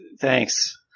Thanks